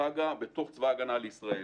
בתוך צבא ההגנה לישראל.